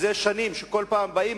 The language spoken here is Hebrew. וכבר שנים כל פעם באים,